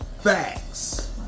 Facts